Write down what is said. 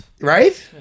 Right